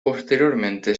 posteriormente